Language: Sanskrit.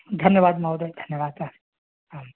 धन्यवादः महोदय धन्यवादः आम्